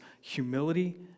humility